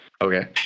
Okay